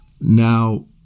Now